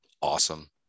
awesome